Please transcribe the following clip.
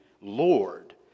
Lord